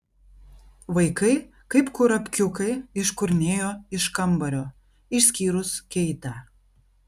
vaikai kaip kurapkiukai iškurnėjo iš kambario išskyrus keitę